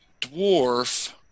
dwarf